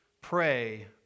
Pray